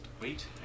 Wait